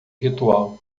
ritual